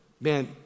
man